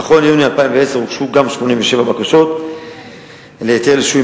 נכון ליוני 2010 הוגשו גם 87 בקשות להיתר לשוהים